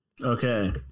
Okay